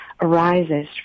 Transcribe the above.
arises